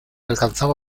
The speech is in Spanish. alcanzaba